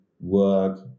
work